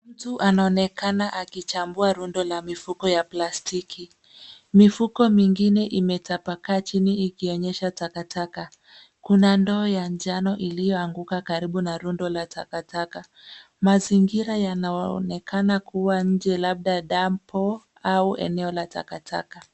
Mtu anaonekana akichambua rundo la mifuko ya plastiki. Mifuko mingine imetapakaa chini ikionyesha takataka. Kuna ndoo ya njano iliyoanguka karibu na rundo la takataka. Mazingira yanaonekena kuwa ya nje, labda dampo au eneo la takataka.